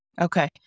Okay